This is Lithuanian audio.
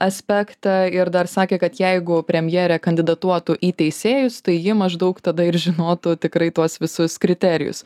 aspektą ir dar sakė kad jeigu premjerė kandidatuotų į teisėjus tai ji maždaug tada ir žinotų tikrai tuos visus kriterijus